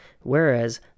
whereas